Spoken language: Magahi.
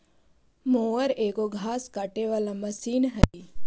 मोअर एगो घास काटे वाला मशीन हई